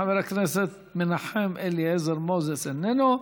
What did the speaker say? חבר הכנסת מנחם אליעזר מוזס, איננו.